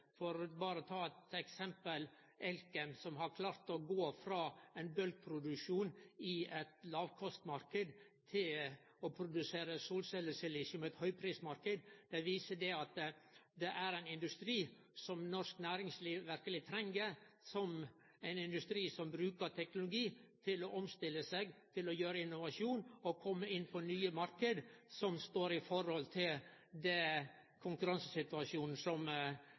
For berre å ta eitt eksempel på kraftkrevjande industri vil eg vise til Elkem, som har klart å gå frå ein bulkproduksjon i ein lågkostmarknad til å produsere solcellesilisium i ein høgprismarknad. Det viser at det er ein industri som norsk næringsliv verkeleg treng, ein industri som bruker teknologi til å omstille seg, til innovasjon og til å kome inn på nye marknader, som står i forhold til den konkurransesituasjonen som